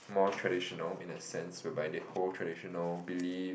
more traditional in the sense whereby they hold traditional beliefs